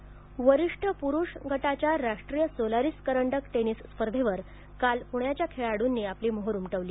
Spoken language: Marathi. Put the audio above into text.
सोलारीस टेनिस वरिष्ठ प्रुष गटाच्या राष्ट्रीय सोलारीस करंडक टेनिस स्पर्धेवर काल पूण्याच्या खेळाडूनी आपली मोहोर उमटवली